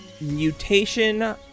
mutation